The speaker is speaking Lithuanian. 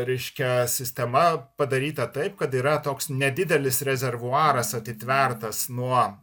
reiškia sistema padaryta taip kad yra toks nedidelis rezervuaras atitvertas nuo